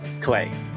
Clay